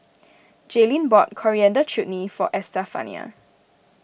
Jaylin bought Coriander Chutney for Estefania